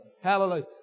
Hallelujah